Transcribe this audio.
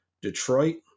detroit